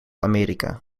amerika